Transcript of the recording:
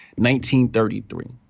1933